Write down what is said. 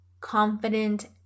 confident